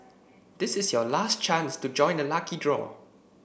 this is your last chance to join the lucky draw